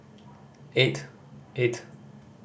eight eight